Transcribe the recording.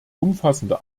umfassende